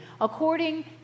According